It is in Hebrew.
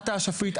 את האשפית,